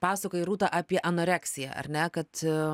pasakojai rūta apie anoreksiją ar ne kad